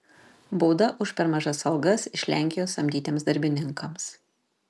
bauda už per mažas algas iš lenkijos samdytiems darbininkams